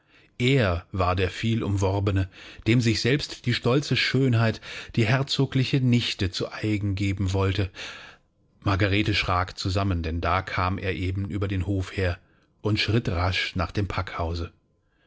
er war der vielumworbene dem sich selbst die stolze schönheit die herzogliche nichte zu eigen geben wollte margarete schrak zusammen denn da kam er eben über den hof her und schritt rasch nach dem packhause